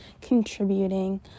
contributing